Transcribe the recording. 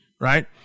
right